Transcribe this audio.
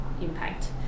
impact